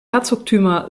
herzogtümer